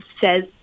says